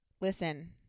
listen